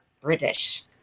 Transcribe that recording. British